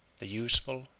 the useful,